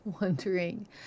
wondering